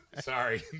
Sorry